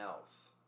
else